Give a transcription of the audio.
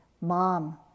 Mom